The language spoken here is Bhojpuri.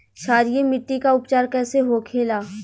क्षारीय मिट्टी का उपचार कैसे होखे ला?